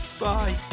Bye